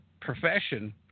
profession